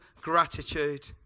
gratitude